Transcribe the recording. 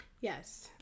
Yes